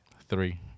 Three